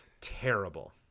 terrible